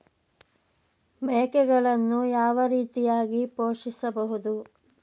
ಮೇಕೆಗಳನ್ನು ಯಾವ ರೀತಿಯಾಗಿ ಪೋಷಿಸಬಹುದು?